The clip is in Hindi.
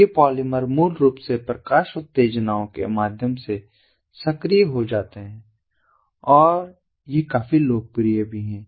ये पॉलिमर मूल रूप से प्रकाश उत्तेजनाओं के माध्यम से सक्रिय हो जाते हैं और ये काफी लोकप्रिय भी हैं